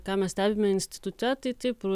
ką mes stebime institute tai taip